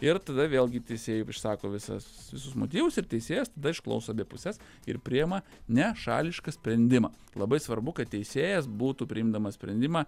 ir tada vėlgi teisėjui išsako visas motyvus ir teisėjas išklauso abi puses ir priima nešališką sprendimą labai svarbu kad teisėjas būtų priimdamas sprendimą